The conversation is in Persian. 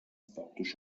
ساقدوش